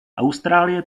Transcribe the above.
austrálie